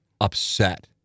upset